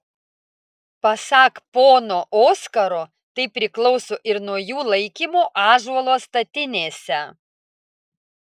pasak pono oskaro tai priklauso ir nuo jų laikymo ąžuolo statinėse